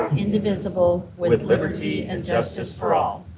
indivisible, with liberty and justice for all.